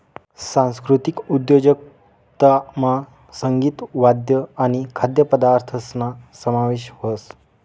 सांस्कृतिक उद्योजकतामा संगीत, वाद्य आणि खाद्यपदार्थसना समावेश व्हस